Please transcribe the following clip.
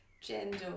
gender